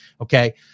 okay